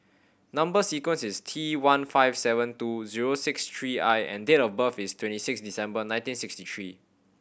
number sequence is T one five seven two zero six three I and date of birth is twenty six December nineteen sixty three